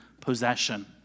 possession